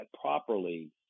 properly